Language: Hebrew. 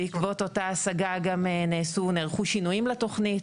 בעקבות אותה השגה גם נערכו שינויים לתוכנית.